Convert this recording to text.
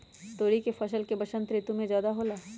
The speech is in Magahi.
तोरी के फसल का बसंत ऋतु में ज्यादा होला?